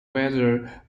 whether